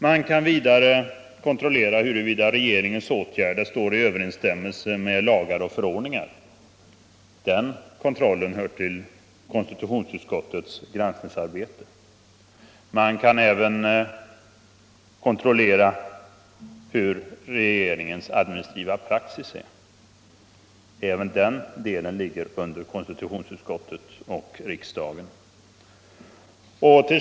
Man kan kontrollera huruvida regeringens åtgärder står i överensstämmelse med lagar och förordningar. Den kontrollen hör till KU:s granskningsarbete. Man kan vidare kontrollera hurdan regeringens administrativa praxis är. Även den delen ligger under konstitutionsutskottet och riksdagen.